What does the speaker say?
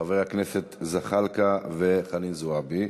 חברי הכנסת זחאלקה וחנין זועבי.